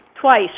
Twice